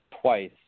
twice